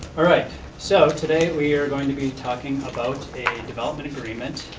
alright, so today we are going to be talking about a development agreement,